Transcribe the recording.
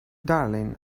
darling